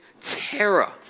terror